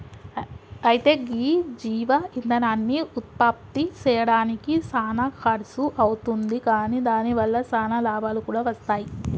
అయితే గీ జీవ ఇందనాన్ని ఉత్పప్తి సెయ్యడానికి సానా ఖర్సు అవుతుంది కాని దాని వల్ల సానా లాభాలు కూడా వస్తాయి